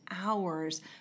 hours